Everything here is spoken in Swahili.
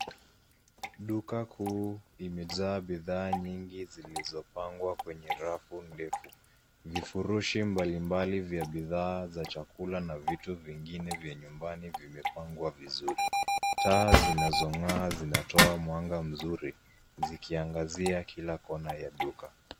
Duka kuu limejaa bidhaa nyingi zilizopangwa kwenye rafu ndefu. Vifurushi mbalimbali vya bidhaa za chakula na vitu vingine vya nyumbani vimepangwa vizuri. Taa zinazong'aa zinatoa mwanga mzuri zikiangalia kila kona ya duka.